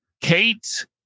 Kate